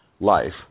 life